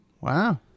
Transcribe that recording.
Wow